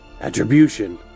attribution